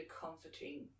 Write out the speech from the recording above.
comforting